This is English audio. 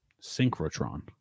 synchrotron